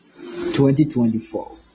2024